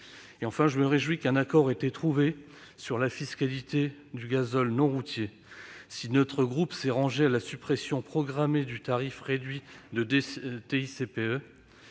Enfin, je me félicite de l'accord trouvé sur la fiscalité du gazole non routier. Si notre groupe s'est rangé à la suppression programmée du tarif réduit de TICPE,